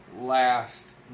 last